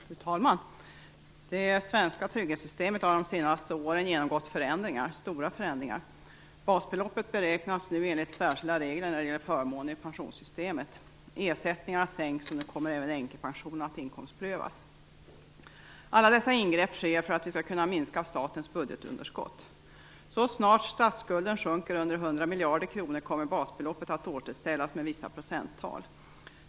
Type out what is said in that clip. Fru talman! Det svenska trygghetssystemet har de senaste åren genomgått stora förändringar. Basbeloppet beräknas nu enligt särskilda regler när det gäller förmåner i pensionssystemet. Ersättningarna sänks, och nu kommer även änkepensionen att inkomstprövas. Alla dessa ingrepp sker för att vi skall kunna minska statens budgetunderskott. Så snart statsskulden sjunker under 100 miljarder kronor kommer basbeloppet att återställas med vissa procenttal.